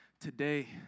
today